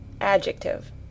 Adjective